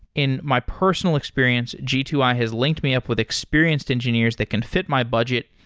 in my personal experience, g two i has linked me up with experienced engineers that can fit my budget,